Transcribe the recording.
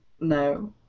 No